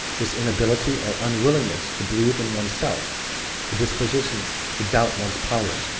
this inability or unwillingness to believe in one's self the disposition to doubt one's powers,